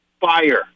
fire